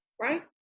Right